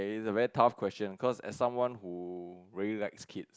this is very tough question cause as someone who very likes kid